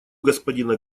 господина